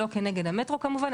לא כנגד המטרו כמובן,